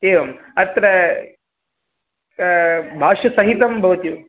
एवं अत्र भाष्यसहितं भवति